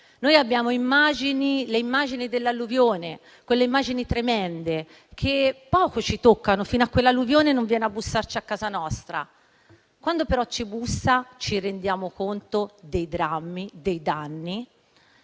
occhi le immagini dell'alluvione, quelle immagini tremende che poco ci toccano fino a che l'alluvione non viene a bussarci a casa nostra. Quando però ci bussa, ci rendiamo conto dei drammi e dei danni.